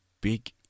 big